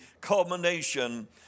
culmination